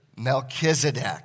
Melchizedek